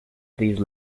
these